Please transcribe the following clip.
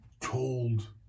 Told